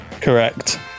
Correct